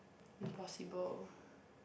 impossible